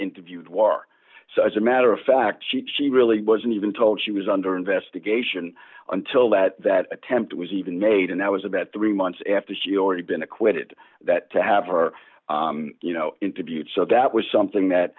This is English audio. interviewed war so as a matter of fact sheet she really wasn't even told she was under investigation until that that attempt was even made and that was about three months after she already been acquitted that to have her you know interviewed so that was something that